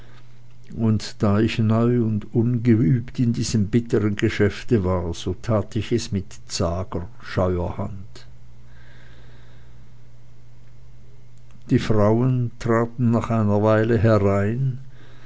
und da ich neu und ungeübt in diesem bittern geschäfte war tat ich es mit zager scheuer hand die frauen traten nach einer weile herein